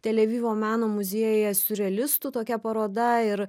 tel avivo meno muziejuje siurrealistų tokia paroda ir